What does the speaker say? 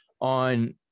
on